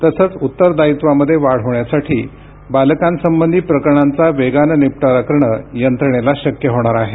तसंच उत्तरदायित्वामध्ये वाढ होण्यासाठी बालकांसंबधी प्रकरणांचा वेगानं निपटारा करणं यंत्रणेला शक्य होणार आहे